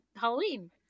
Halloween